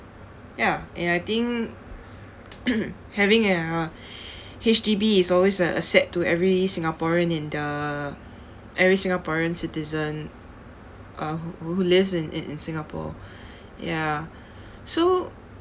ya and I think having a H_D_B is always a asset to every singaporean and the every singaporean citizen uh who who lives in in in singapore ya so